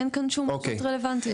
אין כאן שום התייחסויות רלוונטיות.